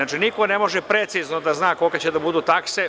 Znači, niko ne može precizno da zna koliko će da budu takse.